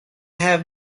have